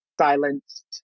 silenced